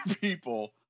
people